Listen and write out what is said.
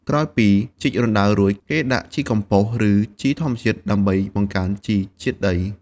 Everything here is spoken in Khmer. ក្រោយពីជីករណ្ដៅរួច គេត្រូវដាក់ជីកំប៉ុស្ត ឬជីធម្មជាតិ ដើម្បីបង្កើនជីជាតិដី។